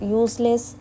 useless